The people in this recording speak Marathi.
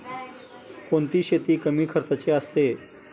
कोणती शेती कमी खर्चाची असते?